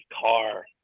car